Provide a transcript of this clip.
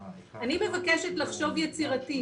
אני מבקשת לחשוב יצירתית.